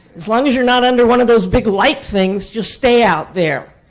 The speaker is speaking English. as long as you're not under one of those big light things, just stay out there.